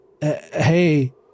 hey